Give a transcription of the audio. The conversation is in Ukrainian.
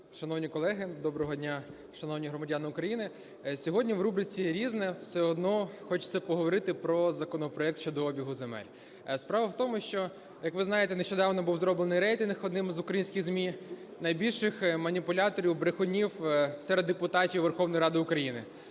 шановні колеги, доброго дня, шановні громадяни України! Сьогодні в рубриці "Різне" все одно хочеться поговорити про законопроект щодо обігу земель. Справа в тому, що, як ви знаєте, нещодавно був зроблений рейтинг одним з українських ЗМІ найбільших маніпуляторів, брехунів серед депутатів Верховної Ради України.